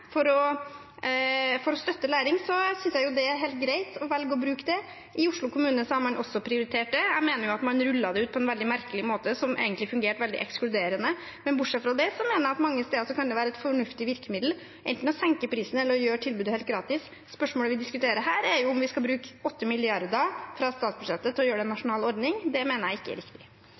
for å støtte læring, synes jeg det er helt greit å velge å gjøre det slik. I Oslo kommune har man også prioritert det. Jeg mener man rullet det ut på en veldig merkelig måte, som egentlig fungerte veldig ekskluderende. Men bortsett fra det mener jeg det mange steder kan være et fornuftig virkemiddel enten å senke prisen eller å gjøre tilbudet helt gratis. Spørsmålet vi diskuterer her, er om vi skal bruke 8 mrd. kr fra statsbudsjettet for å lage en nasjonal ordning. Det mener jeg ikke er riktig.